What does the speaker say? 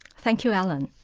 thank you, alan.